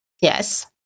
Yes